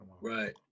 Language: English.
Right